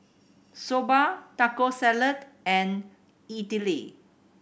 Soba Taco Salad and Idili